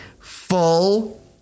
full